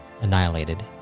annihilated